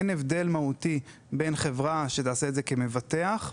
אין הבדל מהותי בין חברה שתעשה את זה כמבטח,